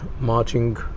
marching